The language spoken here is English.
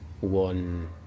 one